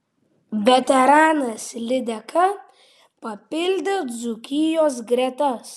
veteranas lydeka papildė dzūkijos gretas